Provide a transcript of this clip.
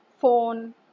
phone